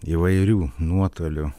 įvairių nuotolių